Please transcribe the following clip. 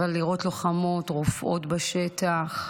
אבל לראות לוחמות, רופאות בשטח,